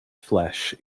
flesh